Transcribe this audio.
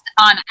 on